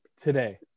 today